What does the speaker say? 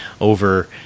over